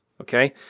Okay